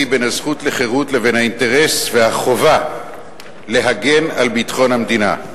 בין הזכות לחירות לבין האינטרס והחובה להגן על ביטחון המדינה.